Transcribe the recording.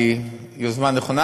היא יוזמה נכונה.